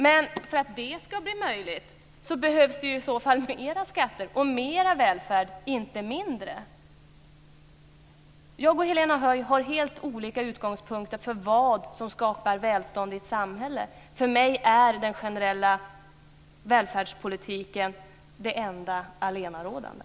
Men för att det ska bli möjligt behövs det i så fall mera skatter och mera välfärd, inte mindre. Jag och Helena Höij har helt olika utgångspunkter för vad som skapar välstånd i ett samhälle. För mig är den generella välfärdspolitiken det enda allenarådande.